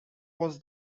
was